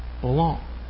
belong